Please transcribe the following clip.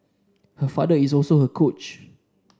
her father is also her coach